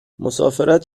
مسافرت